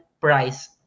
price